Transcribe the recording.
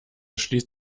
schließt